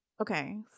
Okay